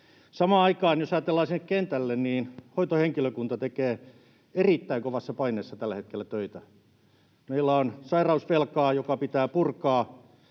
Samaan aikaan, jos ajatellaan kenttää, hoitohenkilökunta tekee erittäin kovassa paineessa tällä hetkellä töitä. Meillä on sairausvelkaa, joka pitää purkaa,